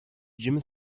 jim